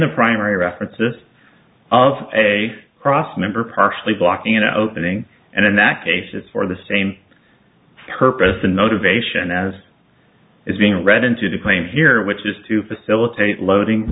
the primary references of a cross member partially blocking an opening and enact a suit for the same purpose and motivation as is being read into the claim here which is to facilitate loading